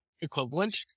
equivalent